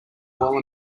while